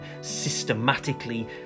systematically